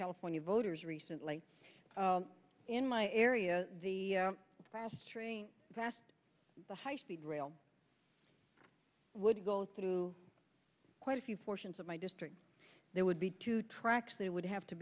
california voters recently in my area the last train passed a high speed rail would go through quite a few portions of my district there would be two tracks they would have to